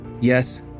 Yes